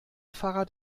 fahrrad